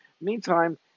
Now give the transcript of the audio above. Meantime